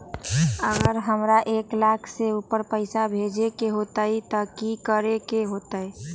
अगर हमरा एक लाख से ऊपर पैसा भेजे के होतई त की करेके होतय?